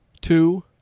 two